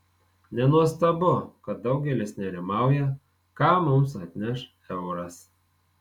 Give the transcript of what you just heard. nenuostabu kad daugelis nerimauja ką mums atneš euras